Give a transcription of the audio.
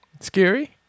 Scary